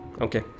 Okay